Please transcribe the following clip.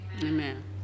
Amen